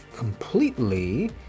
Completely